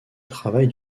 travail